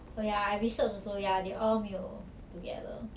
oh ya I research also ya they all 没有 together